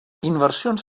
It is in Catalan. inversions